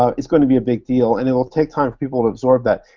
ah it's gonna be a big deal, and it'll take time for people to absorb that,